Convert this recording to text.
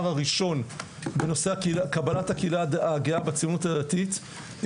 הראשון בנושא קבלת הקהילה הגאה בציונות הדתית,